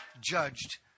judged